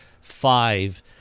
five